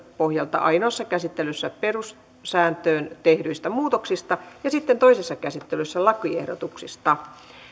pohjalta ainoassa käsittelyssä perussääntöön tehdyistä muutoksista ja sitten toisessa käsittelyssä lakiehdotuksista